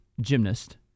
gymnast